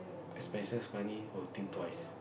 expenses money will think twice